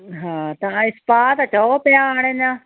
हा तव्हां स्पा था चयो पिया हाणे अञा